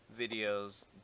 videos